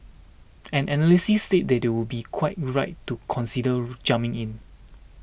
and analysts say they do would be quite right to consider jumping in